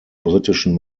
britischen